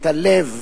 את הלב